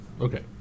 Okay